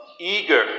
eager